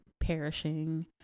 perishing